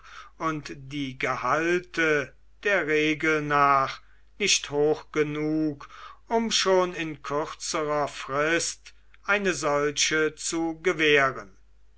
und die gehalte der regel nach nicht hoch genug um schon in kürzerer frist eine solche zu gewähren